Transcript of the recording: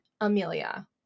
Amelia